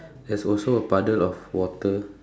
there's also a puddle of water